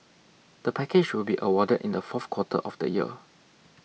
the package will be awarded in the fourth quarter of the year